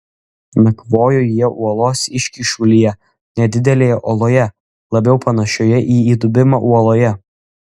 nakvojo jie uolos iškyšulyje nedidelėje oloje labiau panašioje į įdubimą uoloje